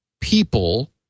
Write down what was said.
people